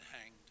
hanged